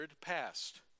passed